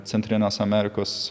centrinės amerikos